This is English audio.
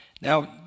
Now